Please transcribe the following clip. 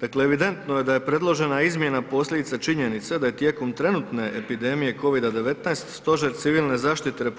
Dakle, evidentno je da je predložena izmjena posljedica činjenica da je tijekom trenutne epidemije COVID-19 Stožer civilne zaštite RH